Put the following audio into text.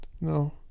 No